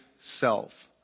self